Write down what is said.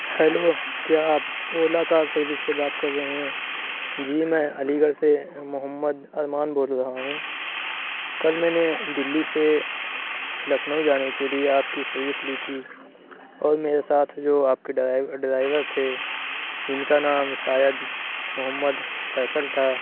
hello کیا آپ Ola car service سے بات کر رہے ہیں جی میں علی گڑھ سے محمد ارمان بول رہا ہوں کل میں نے دلی سے لکھنؤ جانے کے لیے آپ کی سروس لی تھی اور میرے ساتھ جو آپ کے ڈرائیور ڈرائیور تھے جن کا نام شاید محمد فیصل تھا